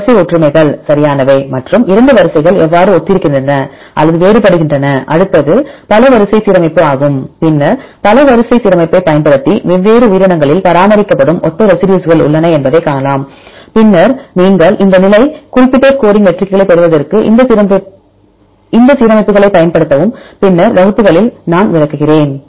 வரிசை ஒற்றுமைகள் சரியானவை மற்றும் 2 வரிசைகள் எவ்வாறு ஒத்திருக்கின்றன அல்லது வேறுபடுகின்றன அடுத்தது பல வரிசை சீரமைப்பு ஆகும் பின்னர் பல வரிசை சீரமைப்பைப் பயன்படுத்தி வெவ்வேறு உயிரினங்களில் பராமரிக்கப்படும் ஒத்த ரெசிடியூஸ்கள் உள்ளன என்பதைக் காணலாம் பின்னர் நீங்கள் இந்த நிலை குறிப்பிட்ட ஸ்கோரிங் மெட்ரிக்குகளைப் பெறுவதற்கு இந்த சீரமைப்புகளைப் பயன்படுத்தவும் பின்னர் வகுப்புகளில் நான் விளக்குகிறேன்